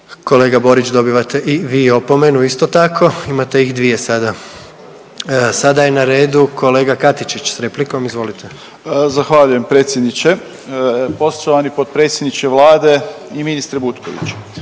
Kolega Borić dobivate i vi opomenu isto tako, imate ih dvije sada. Sada je na redu kolega Katičić s replikom. Izvolite. **Katičić, Krunoslav (HDZ)** Zahvaljujem predsjedniče. Poštovani potpredsjedniče Vlade i ministre Butkoviću